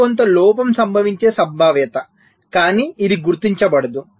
ఇది కొంత లోపం సంభవించే సంభావ్యత కానీ ఇది గుర్తించబడదు